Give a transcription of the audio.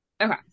Okay